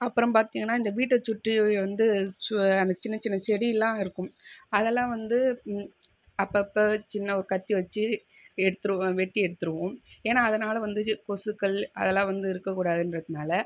அப்புறம் பார்த்திங்கன்னா இந்த வீட்டை சுற்றி வந்து சு அந்த சின்ன சின்ன செடிலாம் இருக்கும் அதெல்லாம் வந்து அப்பப்ப சின்ன ஒரு கத்தி வச்சு எடுத்துருவோம் வெட்டி எடுத்துருவோம் ஏன்னா அதனால் வந்து கொசுக்கள் அதெல்லாம் வந்து இருக்கக்கூடாதுன்றதுனால